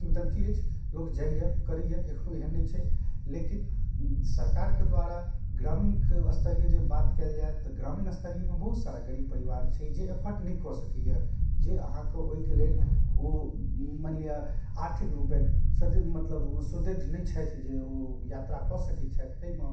किंवदन्ती अछि लोक जाइए करैए एखनो एहन नहि छै लेकिन सरकारके द्वारा ग्रामीणके स्तरीय जे बात कएल जाए तऽ ग्रामीण स्तरीयमे बहुत सारा गरीब परिवार छै जे अफोर्ड नहि कऽ सकैए जे अहाँके ओहिके लेल ओ मानि लिअऽ आर्थिक रूपेण सदृढ़ मतलब ओ सुदृढ़ नहि छथि जे ओ यात्रा कऽ सकै छथि ताहिमे